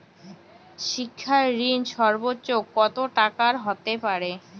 শিক্ষা ঋণ সর্বোচ্চ কত টাকার হতে পারে?